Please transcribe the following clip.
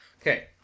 okay